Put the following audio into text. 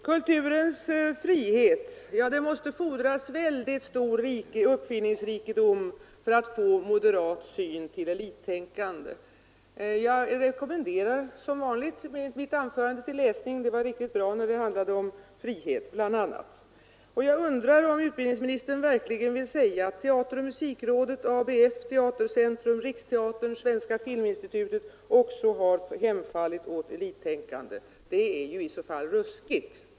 Kulturens frihet — ja, det måste fordras väldigt stor uppfinningsrikedom för att få moderat syn till ett elittänkande. Jag rekommenderar som vanligt mitt anförande till läsning; det var riktigt bra bl.a. när det handlade om frihet. Jag undrar om utbildningsministern verkligen vill säga att också teateroch musikrådet, ABF, Teatercentrum, Riksteatern och Svenska filminstitutet har hänfallit åt elittänkande. Det är i så fall ruskigt!